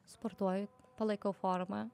sportuoju palaikau formą